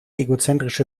egozentrische